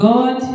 God